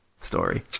story